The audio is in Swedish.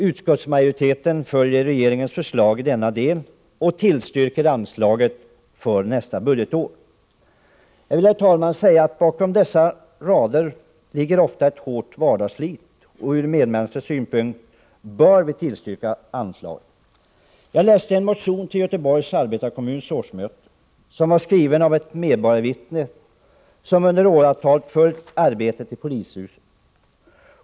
Utskottsmajoriteten följer regeringens förslag i denna del och tillstyrker anslagen för nästa budgetår. Bakom verksamheten med medborgarvittnen ligger ofta ett hårt vardagsslit, och ur medmänsklig synpunkt bör vi tillstyrka anslagen. Jag läste en motion till Göteborgs arbetarekommuns årsmöte skriven av ett medborgarvittne som i åratal följt arbetet i polishuset.